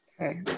Okay